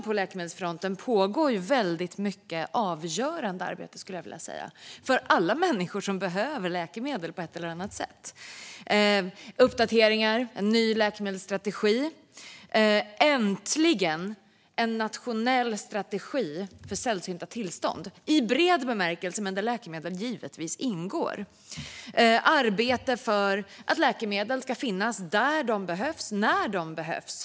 På läkemedelsfronten pågår dessutom väldigt mycket avgörande arbete, skulle jag vilja säga, för alla människor som behöver läkemedel på ett eller annat sätt. Det handlar om uppdateringar och en ny läkemedelsstrategi. Vi får äntligen en nationell strategi när det gäller sällsynta tillstånd - i bred bemärkelse, men där läkemedel givetvis ingår. Det handlar också om arbete för att läkemedel ska finnas där de behövs när de behövs.